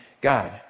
God